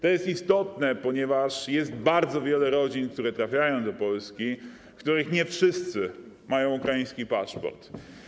To jest istotne, ponieważ jest bardzo wiele rodzin trafiających do Polski, w których nie wszyscy mają ukraiński paszport.